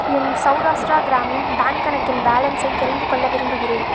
என் Saurashtra Gramin bank கணக்கின் பேலன்ஸை தெரிந்துகொள்ள விரும்புகிறேன்